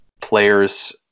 players